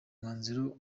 mwanzuro